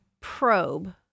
probe